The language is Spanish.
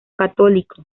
católico